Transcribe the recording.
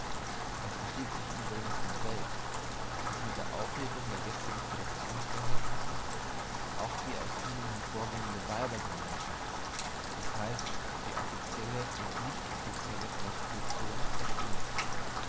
es versteht sich übrigens von selbst daß mit aufhebung der jetzigen produktionsverhältnisse auch die aus ihnen hervorgehende weibergemeinschaft d h die offizielle und nichtoffizielle prostitution verschwindet